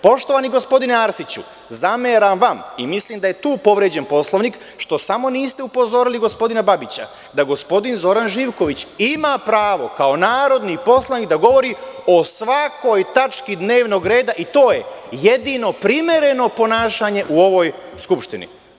Poštovani gospodine Arsiću, zameram vam, i mislim da je tu povređen Poslovnik, što samo niste upozorili gospodina Babića da gospodin Zoran Živković ima pravo kao narodni poslanik da govori o svakoj tački dnevnog reda i to je jedino primereno ponašanje u ovoj Skupštine.